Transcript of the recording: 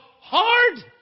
hard